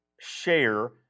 share